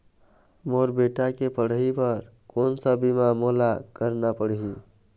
मोर बेटा के पढ़ई बर कोन सा बीमा मोला करना पढ़ही?